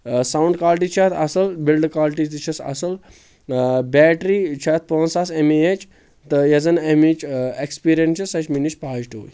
sound quality چھِ اتھ اصٕل بِلڈٕ کالٹی تہِ چھس اصٕل بیٹری چھِ اتھ پانژھ ساس ایم اے ایچ تہٕ یۄس زن امیِچ ایٚکٕسپیرینٕس چھِ سۄ چھِ مےٚ نِش پازٹِوے